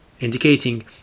indicating